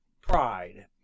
pride